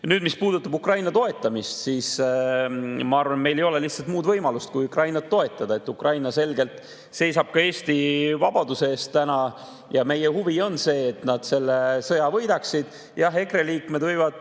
Nüüd, mis puudutab Ukraina toetamist, siis ma arvan, et meil ei ole lihtsalt muud võimalust kui Ukrainat toetada. Ukraina selgelt seisab ka Eesti vabaduse eest ja meie huvi on see, et nad selle sõja võidaksid. Jah, EKRE liikmed võivad